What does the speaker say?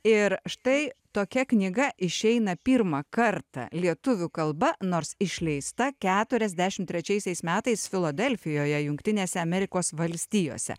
ir štai tokia knyga išeina pirmą kartą lietuvių kalba nors išleista keturiasdešim trečiaisiais metais filadelfijoje jungtinėse amerikos valstijose